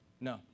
No